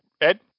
Ed